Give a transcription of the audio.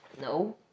No